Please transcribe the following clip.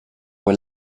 were